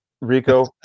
Rico